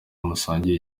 musangiye